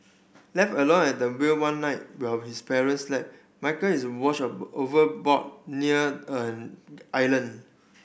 left alone at the wheel one night while his parents slept Michael is washed overboard near an island